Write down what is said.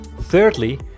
Thirdly